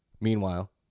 Meanwhile